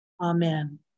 Amen